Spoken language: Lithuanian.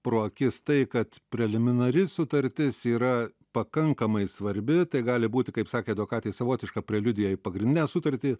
pro akis tai kad preliminari sutartis yra pakankamai svarbi tai gali būti kaip sakė advokatė savotiška preliudija į pagrindinę sutartį